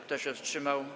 Kto się wstrzymał?